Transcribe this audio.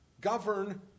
govern